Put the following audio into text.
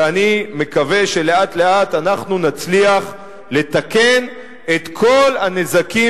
ואני מקווה שלאט לאט אנחנו נצליח לתקן את כל הנזקים